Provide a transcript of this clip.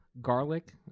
garlic